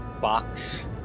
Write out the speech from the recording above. box